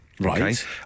Right